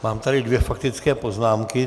Mám tady dvě faktické poznámky.